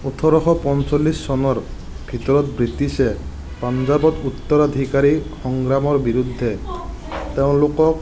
ওঠৰশ পঞ্চল্লিছ চনৰ ভিতৰত ব্ৰিটিছে পাঞ্জাৱত উত্তৰাধিকাৰী সংগ্ৰামৰ বিৰুদ্ধে তেওঁলোকক